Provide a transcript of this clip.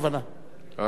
התשובה ברורה,